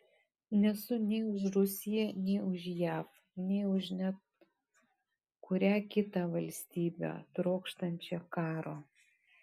nesu nei už rusiją nei už jav nei už net kurią kitą valstybę trokštančią karo